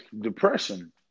depression